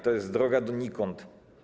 To jest droga donikąd.